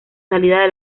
salida